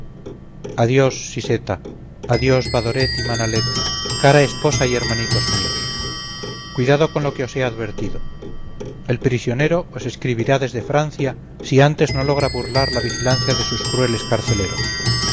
adiós siseta adiós badoret y manalet cara esposa y hermanitos míos cuidado con lo que os he advertido el prisionero os escribirá desde francia si antes no logra burlar la vigilancia de sus crueles carceleros